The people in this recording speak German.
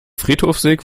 friedhofsweg